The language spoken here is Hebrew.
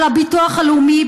על הביטוח הלאומי.